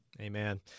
Amen